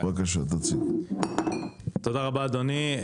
תודה רבה אדוני.